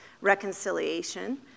reconciliation